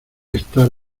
estar